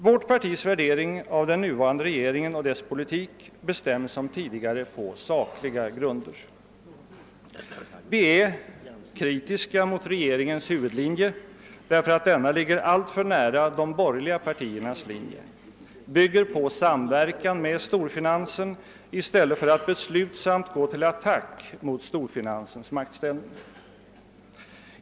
Vårt partis värdering av den nuvarande regeringen och dess politik bestäms som tidigare på sakliga grunder. Vi är kritiska mot regeringens huvudlinje därför att den ligger alltför nära de borgerliga partiernas linje, bygger på samverkan med storfinansen i stället för att beslutsamt gå till attack mot storfinansens maktställning.